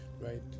right